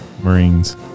Marines